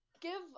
Give